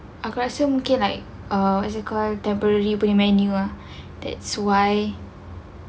aku rasa mungkin like err as you call temporary punya menu ah that's why